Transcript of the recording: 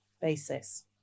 basis